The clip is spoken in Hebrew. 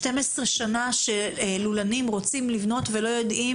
12 שנים שלולנים רוצים לבנות ולא יודעים